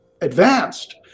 advanced